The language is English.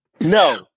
No